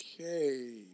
Okay